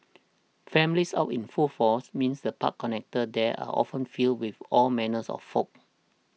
families out in full force means the park connectors there are often filled with all manners of folk